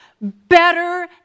better